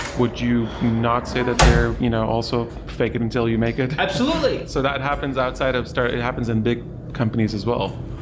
would you not say that they're you know also fake it until you make it? absolutely so that happens outside of start it happens in big companies as well,